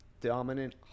dominant